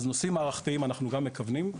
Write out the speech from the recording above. אז נושאים מערכתיים אנחנו גם מכוונים.